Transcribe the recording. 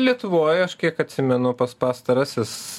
lietuvoj aš kiek atsimenu pas pastarasis